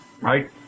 Right